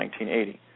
1980